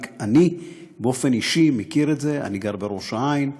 אני באופן אישי מכיר את זה, אני גר בראש העין,